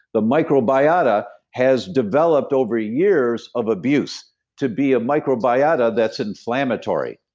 the microbiota has developed over years of abuse to be a microbiota that's inflammatory.